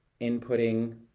inputting